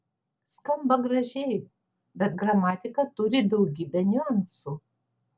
skamba gražiai bet gramatika turi daugybę niuansų